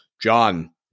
John